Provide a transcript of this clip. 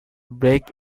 break